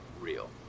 real